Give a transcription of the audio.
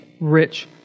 rich